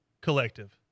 Collective